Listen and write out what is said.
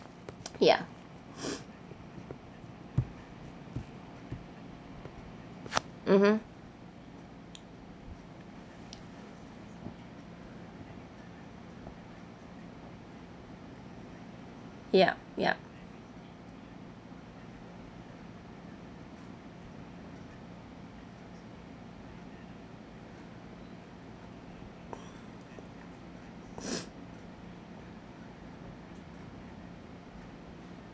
ya mmhmm ya ya